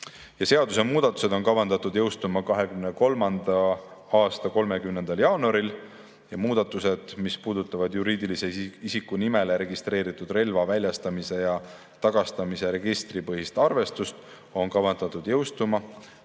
Seaduse muudatused on kavandatud jõustuma 2023. aasta 30. jaanuaril. Muudatused, mis puudutavad juriidilise isiku nimele registreeritud relva väljastamise ja tagastamise registripõhist arvestust, on kavandatud jõustuma